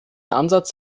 ansatz